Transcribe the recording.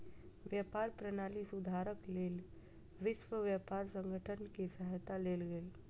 व्यापार प्रणाली सुधारक लेल विश्व व्यापार संगठन के सहायता लेल गेल